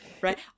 right